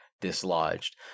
dislodged